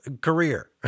career